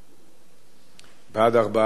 בעד, 4, אין מתנגדים ואין נמנעים.